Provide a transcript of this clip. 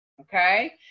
okay